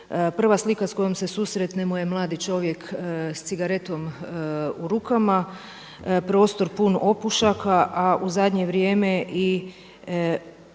prva slika sa kojom se susretnemo je mladi čovjek sa cigaretom u rukama, prostor pun opušaka, a u zadnje vrijeme i